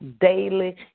daily